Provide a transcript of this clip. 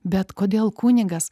bet kodėl kunigas